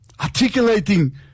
Articulating